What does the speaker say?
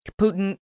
Putin